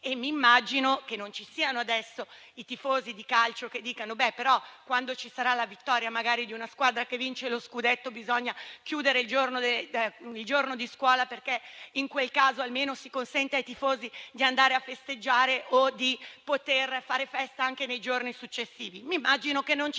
Immagino che non ci siano adesso i tifosi di calcio che dicano che quando ci sarà la vittoria magari di una squadra che vince lo scudetto, bisogna chiudere il giorno di scuola, perché in quel caso almeno si consente ai tifosi di andare a festeggiare o di poter fare festa anche nei giorni successivi. Mi immagino che non ci